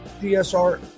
DSR